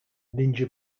ninja